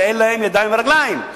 שאין להן ידיים ורגליים.